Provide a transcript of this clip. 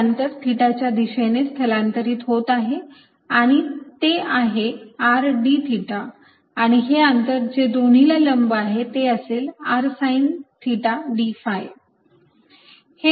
हे अंतर थिटाच्या दिशेने स्थलांतरित होत आहे आणि ते आहे r d थिटा आणि हे अंतर जे दोन्हीला लंब आहे ते असेल r साईन थिटा d phi